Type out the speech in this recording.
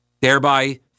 thereby